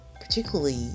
particularly